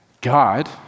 God